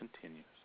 continues